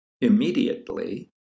Immediately